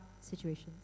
situations